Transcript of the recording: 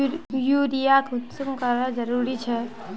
Urea कुंसम करे जरूरी छै?